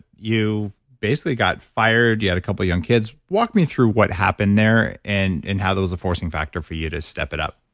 you basically got fired, you had a couple of young kids. walk me through what happened there and and how those are forcing factor for you to step it up.